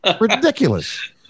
Ridiculous